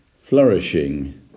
flourishing